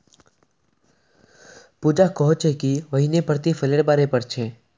पूजा कोहछे कि वहियं प्रतिफलेर बारे पढ़ छे